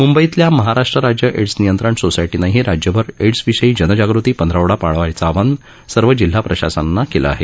मुंबईतल्या महाराष्ट्र राज्य एड्स नियंत्रण सोसायटीनंही राज्यभर एड्सविषयी जनजागृती पंधरावडा पाळण्याचं आवाहन सर्व जिल्हा प्रशासनांना केलं आहे